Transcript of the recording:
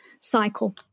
cycle